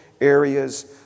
areas